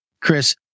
Chris